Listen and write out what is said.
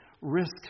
risk